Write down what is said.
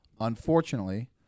Unfortunately